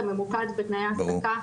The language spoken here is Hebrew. ממוקד בתנאי ההעסקה